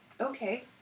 okay